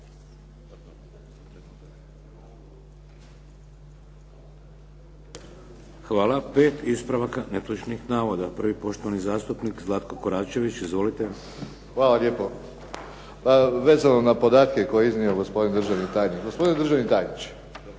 Hvala. Pet ispravaka netočnih navoda. Prvi je poštovani zastupnik Zlatko Koračević. Izvolite. **Koračević, Zlatko (HNS)** Hvala lijepo. Vezano na podatke koje je iznio gospodin državni tajnik.